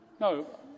No